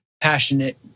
passionate